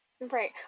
right